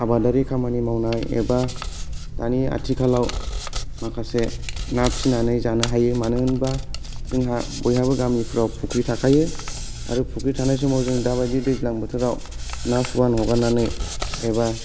आबादारि खामानि मावनाय एबा दानि आथिखालाव माखासे ना फिसिनानै जानो हायो मानो होनबा जोंहा बयहाबो गामिफ्राव फुख्रि थाखायो आरो फुख्रि थानाय समाव जोङो दा बायदि दैज्लां बोथोराव ना फुवान हगारनानै एबा